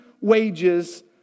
wages